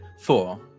Four